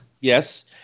Yes